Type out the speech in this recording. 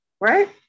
right